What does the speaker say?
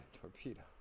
torpedo